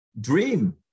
dream